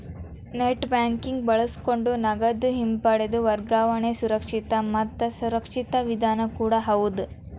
net banking ಬಳಸಕೊಂಡ ನಗದ ಹಿಂಪಡೆದ ವರ್ಗಾವಣೆ ಸುರಕ್ಷಿತ ಮತ್ತ ಸುರಕ್ಷಿತ ವಿಧಾನ ಕೂಡ ಹೌದ್